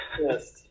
Yes